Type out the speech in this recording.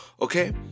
Okay